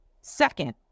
Second